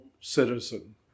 citizen